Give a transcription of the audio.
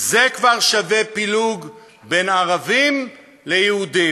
זה כבר שווה פילוג בין ערבים ליהודים,